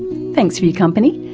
thanks for your company,